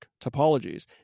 topologies